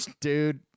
dude